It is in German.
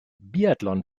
biathlon